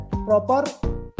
proper